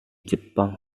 jepang